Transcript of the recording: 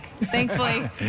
thankfully